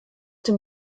dem